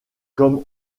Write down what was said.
comme